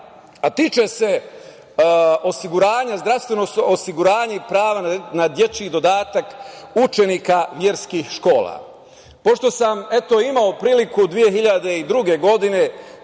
tiče se zdravstvenog osiguranja i prava na dečiji dodatak učenika verskih škola. Pošto sam imao priliku 2002. godine